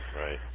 Right